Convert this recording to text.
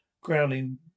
growling